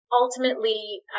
ultimately